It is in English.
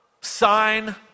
sign